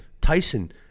Tyson